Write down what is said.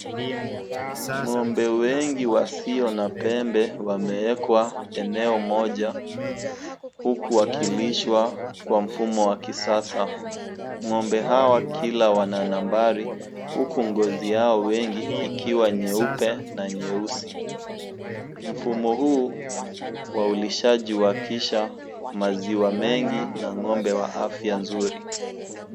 Ng'ombe wengi wasio na pembe wamewekwa eneo moja huku wakilishwa kwa mfumo wa kisasa. Ng'ombe hawa wakila wananambari huku ngozi yao wengi, ikiwa nyeupe na nyeusi. Mfumo huu wa ulishaji huwa kisha maziwa mengi na ng'ombe wa afya nzuri.